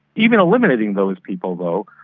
even eliminating those people though,